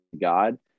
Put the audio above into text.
God